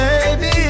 Baby